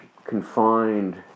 confined